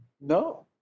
No